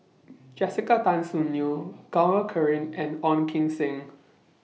Jessica Tan Soon Neo Gaurav caring and Ong Kim Seng